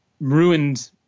ruined